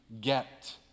get